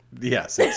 yes